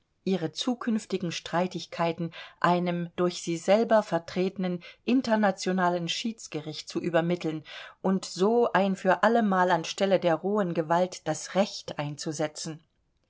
ihre zukünftigen streitigkeiten einem durch sie selber vertretenen internationalen schiedsgericht zu übermitteln und so ein für allemal an stelle der rohen gewalt das recht einzusetzen